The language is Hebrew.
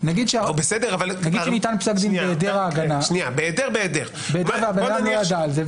נגיד שניתן פסק הדין בהיעדר הגנה והבן אדם לא ידע על זה.